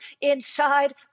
inside